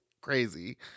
crazy